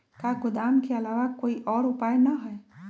का गोदाम के आलावा कोई और उपाय न ह?